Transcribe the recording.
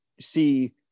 see